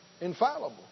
infallible